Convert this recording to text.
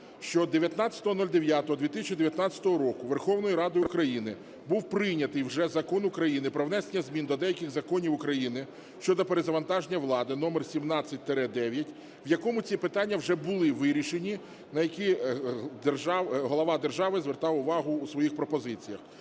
що 19.09.2019 року Верховною Радою України був прийнятий вже Закон України "Про внесення змін до деяких законів України щодо перезавантаження влади" № 117-ІХ, в якому ці питання вже були вирішені, на які глава держави звертав увагу у своїх пропозиціях.